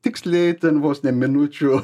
tiksliai ten vos ne minučių